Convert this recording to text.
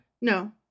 no